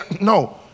No